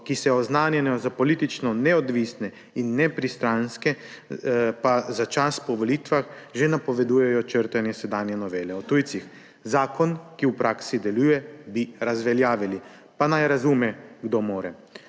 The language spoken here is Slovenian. ki se oznanjajo za politično neodvisne in nepristranske, pa za čas po volitvah že napovedujejo črtanje sedanje novele Zakona o tujcih. Zakon, ki v praksi deluje, bi razveljavili, pa naj razume, kdo more.